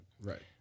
Right